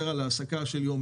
לכן,